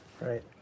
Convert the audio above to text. Right